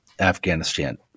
Afghanistan